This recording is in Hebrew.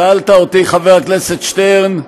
שאלת אותי, חבר הכנסת שטרן,